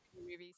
movies